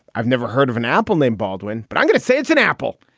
i've never heard of an apple named baldwin. but i'm going to say it's an apple.